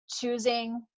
choosing